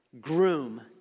groom